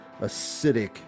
acidic